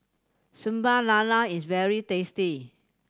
Sambal Lala is very tasty